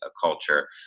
culture